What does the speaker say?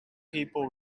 people